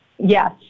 Yes